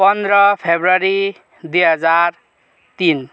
पन्ध्र फेब्रुअरी दुई हजार तिन